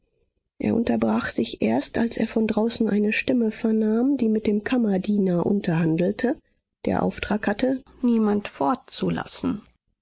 er unterbrach sich erst als er von draußen eine stimme vernahm die mit dem kammerdiener unterhandelte der auftrag hatte